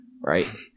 Right